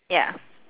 ya